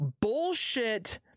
bullshit